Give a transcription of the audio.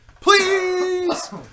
Please